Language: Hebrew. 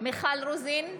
מיכל רוזין,